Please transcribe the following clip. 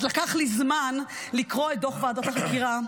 אז לקח לי זמן לקרוא את דו"ח ועדת החקירה,